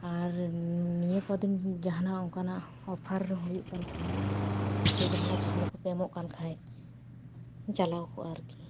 ᱟᱨ ᱱᱤᱭᱟᱹ ᱠᱚᱫᱤᱱ ᱡᱟᱦᱟᱸᱱᱟᱜ ᱚᱱᱠᱟᱱᱟᱜ ᱚᱯᱷᱟᱨ ᱦᱩᱭᱩᱜ ᱠᱟᱱᱠᱷᱟᱡ ᱥᱮ ᱡᱟᱦᱟᱸᱱᱟᱜ ᱪᱷᱟᱲ ᱠᱚᱯᱮ ᱮᱢᱚᱜ ᱠᱟᱱ ᱠᱷᱟᱡ ᱪᱟᱞᱟᱣ ᱠᱚᱜᱼᱟ ᱟᱨᱠᱤ